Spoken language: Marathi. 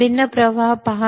भिन्न प्रवाह पहा